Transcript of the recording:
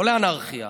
לא לאנרכיה,